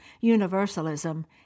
universalism